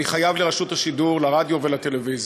אני חייב לרשות השידור, לרדיו ולטלוויזיה.